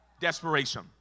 Desperation